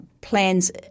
plans